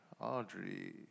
Audrey